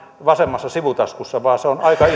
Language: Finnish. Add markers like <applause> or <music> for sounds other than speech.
vasemmassa sivutaskussa vaan se on aika <unintelligible>